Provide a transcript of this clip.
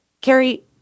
Carrie